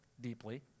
deeply